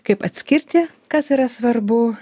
kaip atskirti kas yra svarbu